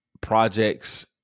projects